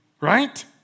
right